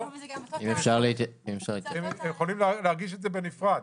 הם יכולים להגיש את זה בנפרד.